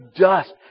dust